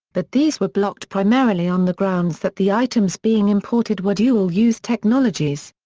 but these were blocked primarily on the grounds that the items being imported were dual-use technologies.